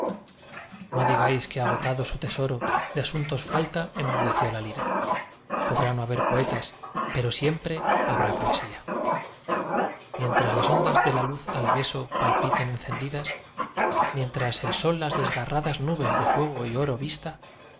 no digáis que agotado su tesoro de asuntos falta enmudeció la lira podrá no haber poetas pero siempre habrá poesía mientras las ondas de la luz al beso palpiten encendidas mientras el sol las desgarradas nubes de fuego y oro vista